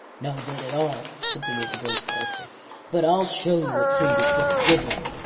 no good at all, continued the great forester but i'll show you a tree which bears good ones,